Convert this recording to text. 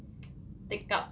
take up